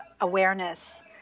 awareness